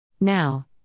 Now